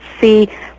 see